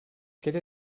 quelle